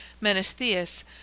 Menestheus